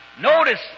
notice